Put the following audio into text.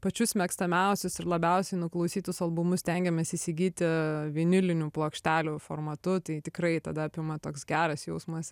pačius mėgstamiausius ir labiausiai nuklausytus albumus stengiamės įsigyti vinilinių plokštelių formatu tai tikrai tada apima toks geras jausmas